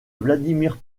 vladimir